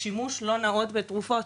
שימוש לא נאות בתרופות